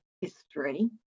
history